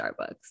Starbucks